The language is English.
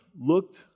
looked